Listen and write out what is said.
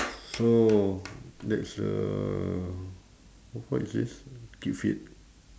so that's uh what is this keep fit